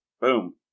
boom